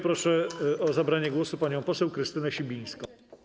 Proszę o zabranie głosu panią poseł Krystynę Sibińską.